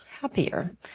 happier